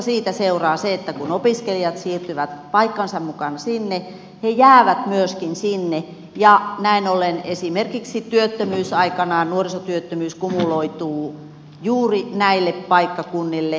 siitä seuraa se että kun opiskelijat siirtyvät paikkansa mukana sinne he jäävät myöskin sinne ja näin ollen esimerkiksi työttömyys aikanaan nuorisotyöttömyys kumuloituu juuri näille paikkakunnille